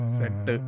set